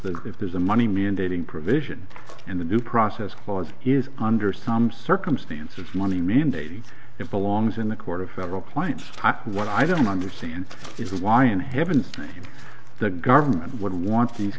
the if there's a money mandating provision in the due process clause is under some circumstances money mandating it belongs in the court of federal clients what i don't understand is why in heaven's name the government would want these